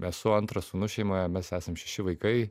esu antras sūnus šeimoje mes esam šeši vaikai